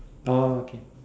oh okay